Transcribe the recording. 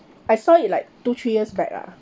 I saw it like two three years back lah